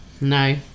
No